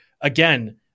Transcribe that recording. Again